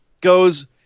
goes